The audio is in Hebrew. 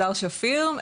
הדר שפיר,